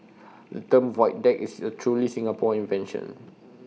the term void deck is A truly Singapore invention